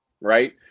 Right